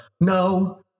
no